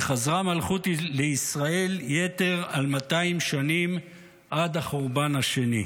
וחזרה מלכות לישראל יתר על מאתיים שנים עד החורבן השני",